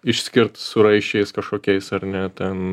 išskirt su raisčiais kažkokiais ar ne ten